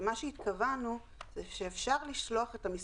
ומה שהתכוונו הוא שאפשר לשלוח את המסמך.